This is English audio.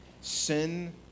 sin